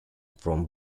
from